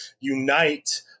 unite